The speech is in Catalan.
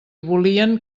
volien